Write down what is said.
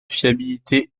fiabilité